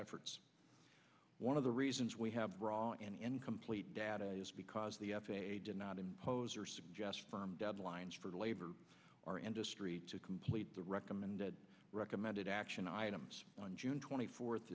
efforts one of the reasons we have drawn an incomplete data is because the f a a did not impose or suggest firm deadlines for labor or industry to complete the recommended recommended action items on june twenty fourth